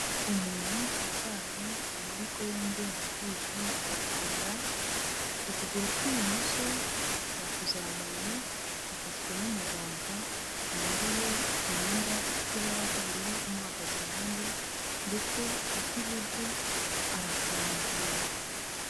Umuntu uryamye amaboko yombi yayahuje ari ku inda ukuguru kw'ibumoso yakuzamuye gufashwe n'umuganga wambaye imyenda ifite ibara ry'ubururu umuhagaze iruhande ndetse ukw'iburyo arakurambuye.